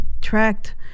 tracked